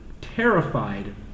terrified